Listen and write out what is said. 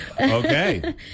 Okay